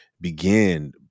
begin